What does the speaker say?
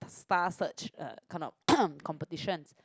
Star Search uh kind of competition